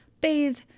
bathe